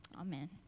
Amen